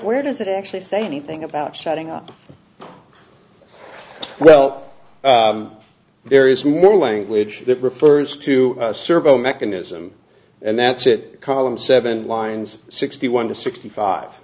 where does it actually say anything about shutting up well there is more language that refers to servo mechanism and that's it column seven lines sixty one to sixty five